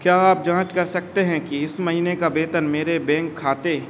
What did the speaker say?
क्या आप जाँच कर सकते हैं कि इस महीने का वेतन मेरे बेंक खाते